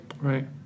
Right